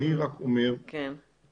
אני רק אומר שיש,